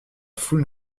foule